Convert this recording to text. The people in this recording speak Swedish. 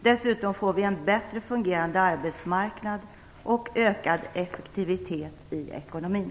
Dessutom får vi en bättre fungerande arbetsmarknad och ökad effektivitet i ekonomin.